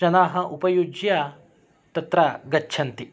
जनाः उपयुज्य तत्र गच्छन्ति